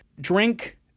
drink